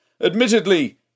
Admittedly